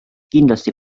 kindlasti